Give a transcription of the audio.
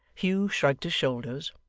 hugh shrugged his shoulders,